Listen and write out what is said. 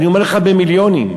אני אומר לך, במיליונים.